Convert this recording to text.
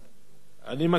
אני מקריא מהרשימה,